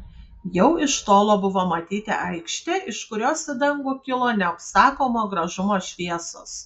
jau iš tolo buvo matyti aikštė iš kurios į dangų kilo neapsakomo gražumo šviesos